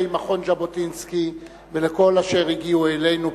מכון ז'בוטינסקי ולכל אשר הגיעו אלינו,